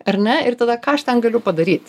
ar ne ir tada ką aš ten galiu padaryt